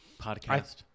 podcast